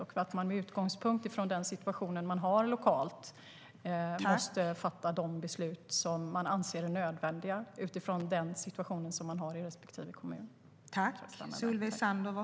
Med utgångspunkt från den situation man har lokalt måste man fatta de beslut som man anser nödvändiga i kommunen.